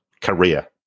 career